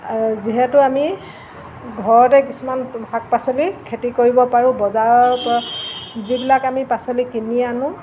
যিহেতু আমি ঘৰতে কিছুমান শাক পাচলি খেতি কৰিব পাৰোঁ বজাৰৰপৰা যিবিলাক আমি পাচলি কিনি আনো